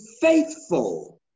faithful